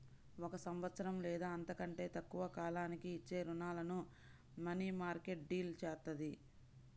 ఒక సంవత్సరం లేదా అంతకంటే తక్కువ కాలానికి ఇచ్చే రుణాలను మనీమార్కెట్ డీల్ చేత్తది